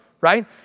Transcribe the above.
right